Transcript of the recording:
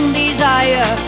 desire